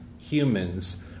humans